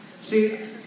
See